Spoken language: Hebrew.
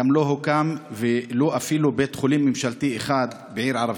גם לא הוקם ולו אפילו בית חולים ממשלתי אחד בעיר ערבית,